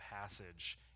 passage